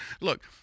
Look